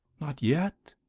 not yet?